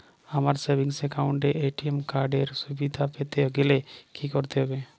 আমার savings account এ ATM card এর সুবিধা পেতে গেলে কি করতে হবে?